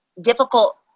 difficult